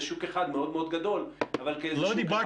שוק אחד מאוד מאוד גדול אבל כאיזשהו שוק אחד.